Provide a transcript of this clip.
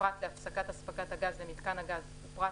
פרט להפסקת הספקת הגז למיתקן הגז ופרט